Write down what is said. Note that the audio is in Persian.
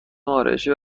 آرایشی